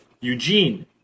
Eugene